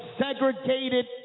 segregated